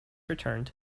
returned